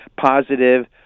positive